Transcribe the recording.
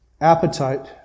appetite